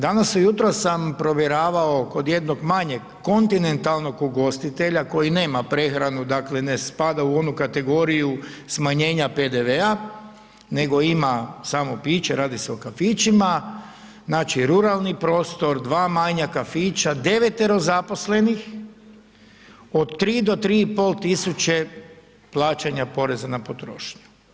Danas ujutro sam provjeravao kod jednog manjeg kontinentalnog ugostitelja koji nema prehranu dakle ne spada u onu kategoriju smanjenja PDV-a nego ima samo piće, radi se o kafićima, znači ruralni prostor, dva manja kafića, 9-toro zaposlenih od 3-3.500 plaćanja poreza na potrošnju.